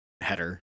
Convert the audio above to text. header